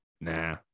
Nah